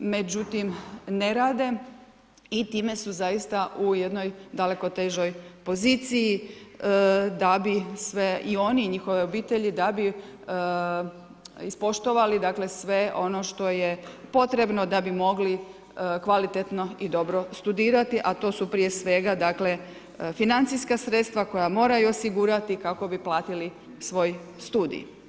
Međutim, ne rade i time su zaista u jednoj daleko težoj poziciji da bi i oni i njihove obitelji da bi ispoštovali dakle sve ono što je potrebno da bi mogli kvalitetno i dobro studirati a to su prije svega dakle financijska sredstva koja moraju osigurati kako bi platili svoj studij.